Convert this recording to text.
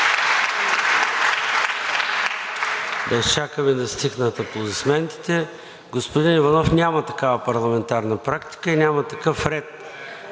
изчакаме да стихнат аплодисментите. Господин Иванов, няма такава парламентарна практика и няма такъв ред.